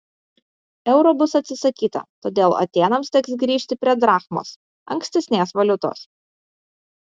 euro bus atsisakyta todėl atėnams teks grįžti prie drachmos ankstesnės valiutos